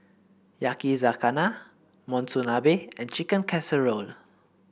Yakizakana Monsunabe and Chicken Casserole